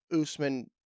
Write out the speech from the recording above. Usman